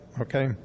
okay